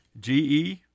GE